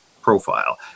Profile